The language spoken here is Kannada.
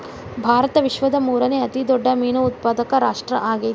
ಭಾರತ ವಿಶ್ವದ ಮೂರನೇ ಅತಿ ದೊಡ್ಡ ಮೇನು ಉತ್ಪಾದಕ ರಾಷ್ಟ್ರ ಆಗೈತ್ರಿ